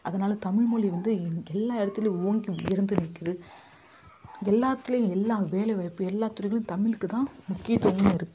அதனால தமிழ் மொழி வந்து எல்லா இடத்துலையும் ஓங்கி உயர்ந்து நிற்கிது எல்லாத்துலேயும் எல்லாம் வேலை வாய்ப்பு எல்லாத்துறையிலேயும் தமிழுக்குதான் முக்கியத்துவமும் இருக்குது